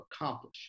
accomplish